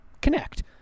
Connect